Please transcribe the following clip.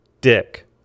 dick